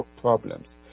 problems